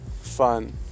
fun